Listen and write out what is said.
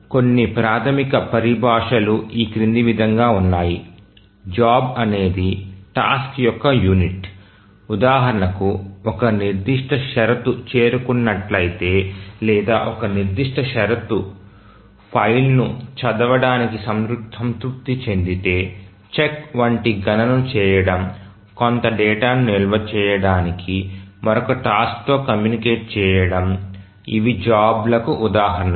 కొన్ని ప్రాథమిక పరిభాషలు ఈ క్రింది విధంగా ఉన్నాయి జాబ్ అనేది టాస్క్ యొక్క యూనిట్ ఉదాహరణకు ఒక నిర్దిష్ట షరతు చేరుకున్నట్లయితే లేదా ఒక నిర్దిష్ట షరతు ఫైల్ను చదవడానికి సంతృప్తి చెందితే చెక్ వంటి గణనను చేయడం కొంత డేటాను నిల్వ చేయడానికి మరొక టాస్క్ తో కమ్యూనికేట్ చేయడం ఇవి జాబ్ లకు ఉదాహరణలు